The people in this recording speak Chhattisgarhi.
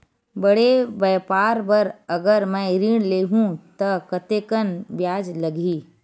बड़े व्यापार बर अगर मैं ऋण ले हू त कतेकन ब्याज लगही?